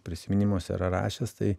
prisiminimuose yra rašęs tai